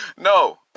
No